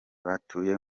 batuye